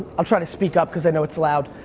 i'll try to speak up cause i know it's loud.